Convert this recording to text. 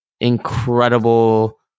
incredible